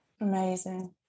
Amazing